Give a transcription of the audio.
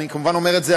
אני כמובן אומר את זה,